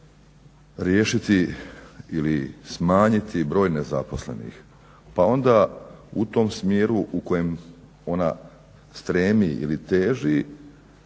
riješiti ili smanjiti broj nezaposlenih, pa onda u tom smjeru u kojem ona stremi ili teži